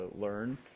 learn